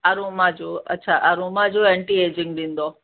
aroma जो अच्छा aroma जो एंटी एजिंग ॾींदव